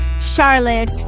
Charlotte